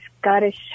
Scottish